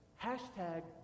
Hashtag